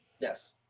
yes